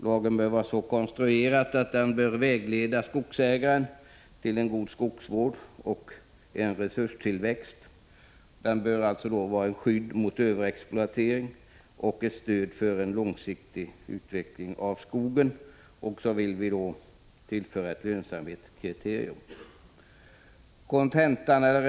Lagen bör vara så konstruerad att den vägleder skogsägaren till god skogsvård och resurstillväxt. Den bör också vara ett skydd mot överexploatering och ett stöd för en långsiktig utveckling av skogen. Vi vill också tillföra ett lönsamhetskriterium.